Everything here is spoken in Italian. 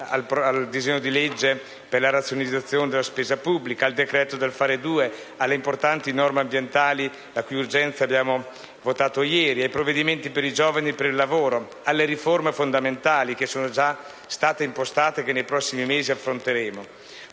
al disegno di legge per la razionalizzazione della spesa pubblica, al cosiddetto decreto del fare 2, alle importanti norme ambientali (per la cui urgenza abbiamo votato ieri), ai provvedimenti per i giovani e il lavoro, alle riforme fondamentali che sono già state impostate e che affronteremo